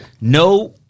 no